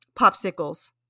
Popsicles